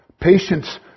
Patience